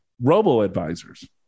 robo-advisors